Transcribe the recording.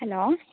hello